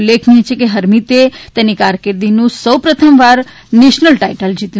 ઉલ્લેખનિય છે કે હરમીતે તેની કારકિર્દીનું સૌપ્રથમવાર નેશનલ ટાઈટલ જીત્યું છે